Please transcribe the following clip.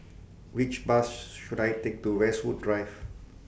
Which Bus should I Take to Westwood Drive